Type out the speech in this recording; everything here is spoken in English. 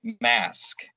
mask